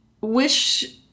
Wish